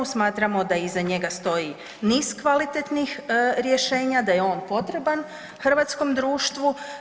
Smatramo da iza njega stoji niz kvalitetnih rješenja, da je on potreban hrvatskom društvu.